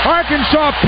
Arkansas